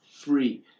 free